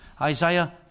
Isaiah